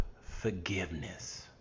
forgiveness